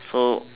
so